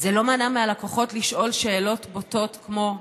זה לא מנע מהלקוחות לשאול שאלות בוטות כמו,